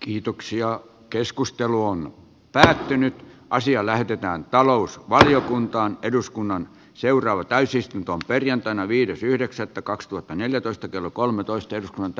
kiitoksia keskustelu on päätynyt asia lähetetään talousvaliokuntaan eduskunnan seuraava täysistunto perjantaina viides yhdeksättä kaksituhattaneljätoista kello kolmetoista on